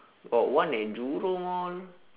got one at jurong all